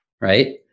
Right